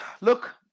look